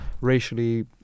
racially